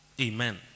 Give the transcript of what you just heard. Amen